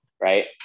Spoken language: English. right